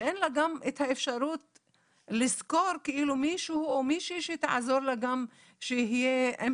שאין לה גם את האפשרות לשכור מישהו או מישהי שתעזור לה גם שיהיה עם